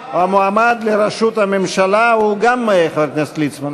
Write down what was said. המועמד לראשות הממשלה הוא גם כן חבר הכנסת ליצמן,